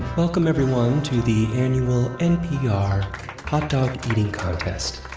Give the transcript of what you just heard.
welcome everyone to the annual npr hot-dog-eating contest